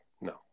No